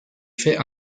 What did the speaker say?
faits